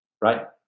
Right